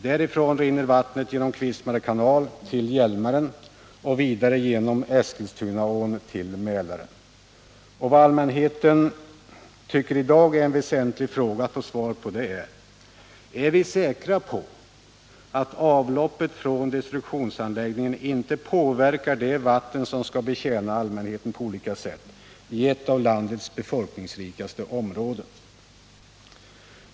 Därifrån rinner vattnet genom Kvismare kanal till Hjälmaren och vidare genom Eskilstunaån till Mälaren. Allmänheten tycker att det i dag är väsentligt att få svar på frågan: Är vi säkra på att avloppet från destruktionsanläggningen inte påverkar det vatten som skall betjäna allmänheten på olika sätt i ett av landets folkrikaste områden?